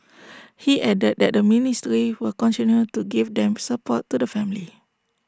he added that the ministry will continue to give them support to the family